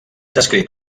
descrit